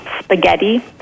spaghetti